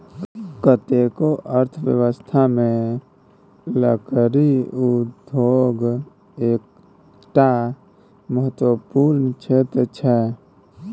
कतेको अर्थव्यवस्थामे लकड़ी उद्योग एकटा महत्वपूर्ण क्षेत्र छै